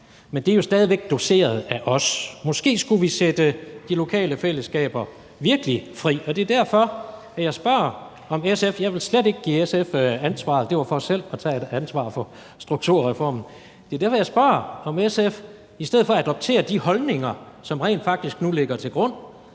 men det er stadig væk doseret af os. Måske skulle vi sætte de lokale fællesskaber virkelig fri. Jeg vil slet ikke give SF ansvaret, jeg sagde det for selv at tage et ansvar for strukturreformen. Men det er derfor, jeg spørger, om SF i stedet for at adoptere de holdninger, som rent faktisk lå til grund